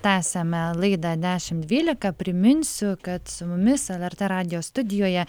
tęsiame laidą dešimt dvylika priminsiu kad su mumis lrt radijo studijoje